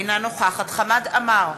אינה נוכחת חמד עמאר,